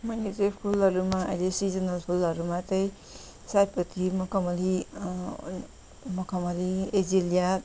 मैले चाहिँ फुलहरूमा अहिले सिजनल फुलहरूमा चाहिँ सयपत्री मखमली मखमली एजिलिया